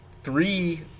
three